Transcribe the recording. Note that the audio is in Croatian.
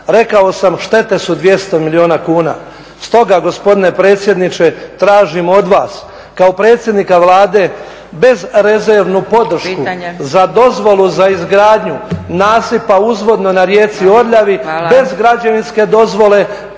Rekao sam štete su 200 milijuna kuna. Stoga gospodine predsjedniče tražim od vas kao predsjednika Vlade bez rezervnu podršku za dozvolu za izgradnju nasipa uzvodno na rijeci Orljavi bez građevinske dozvole